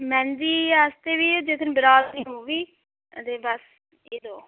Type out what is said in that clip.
महेंदी आस्तै बी जेह्की बरात जे ऐ ओह् बी बस एह् दो